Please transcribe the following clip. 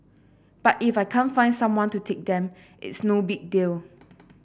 but if I can't find someone to take them it's no big deal